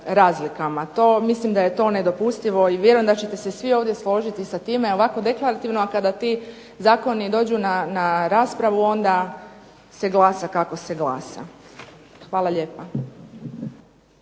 To mislim da je to nedopustivo i vjerujem da ćete se svi ovdje složiti sa time, ovako deklarativno a kada ti zakoni dođu na raspravu onda se glasa kako se glasa. Hvala lijepa.